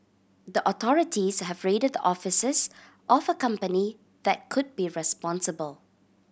the authorities have raided offices of a company that could be responsible